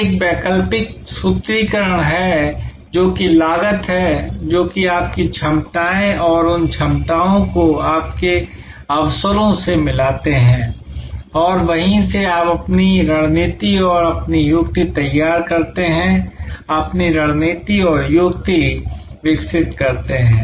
अब एक वैकल्पिक सूत्रीकरण है जो कि लागत है जो कि आपकी क्षमताएं हैं और उन क्षमताओं को आपके अवसरों से मिलाते हैं और वहीं से आप अपनी रणनीति और अपनी युक्ति तैयार करते हैं अपनी रणनीति और युक्ति विकसित करते हैं